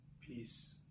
peace